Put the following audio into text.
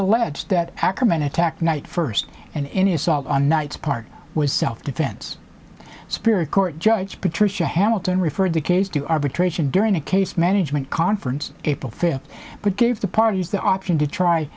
alleged that ackerman attacked knight first and any assault on knight's part was self defense spirit court judge patricia hamilton referred the case to arbitration during a case management conference april fifth but gave the parties the option to try